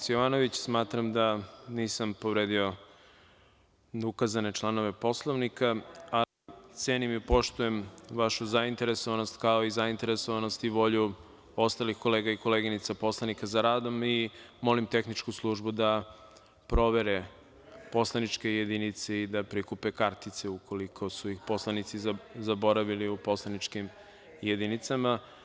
Smatram da nisam povredio na ukazane članove Poslovnika, a cenim i poštujem vašu zainteresovanost kao i zainteresovanost i volju ostalih kolega i koleginica poslanika za radom i molim tehničku službu da provere poslaničke jedinice i da prikupe kartice ukoliko su ih poslanici zaboravili u poslaničkim jedinicama.